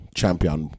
champion